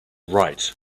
write